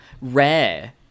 rare